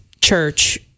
church